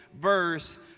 verse